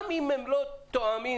גם אם לא תואמים,